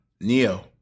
neo